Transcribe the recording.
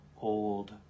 old